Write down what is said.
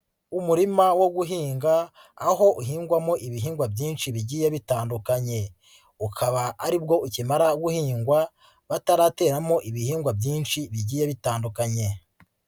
Umurima wo guhinga aho uhingwamo ibihingwa byinshi bigiye bitandukanye ukaba aribwo ukimara guhingwa batarateramo ibihingwa byinshi bigiye bitandukanye.